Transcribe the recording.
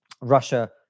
Russia